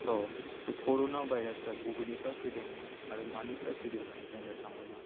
ट बे कर'ना भायरासआ बबेनिफ्राय फैदोंमोन आरो मानिफ्राय फैदोंमोन बुंनो थाङोब्ला